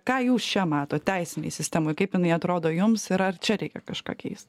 ką jūs čia matot teisinėj sistemoj kaip jinai atrodo jums ir ar čia reikia kažką keist